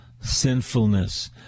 sinfulness